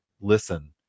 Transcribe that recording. listen